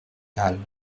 halles